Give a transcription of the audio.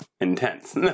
Intense